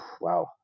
wow